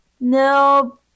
No